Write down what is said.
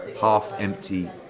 half-empty